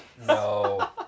No